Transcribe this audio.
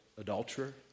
adulterer